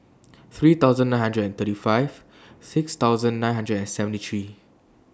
three thousand nine hundred and thirty five six thousand nine hundred and seventy three